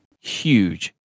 huge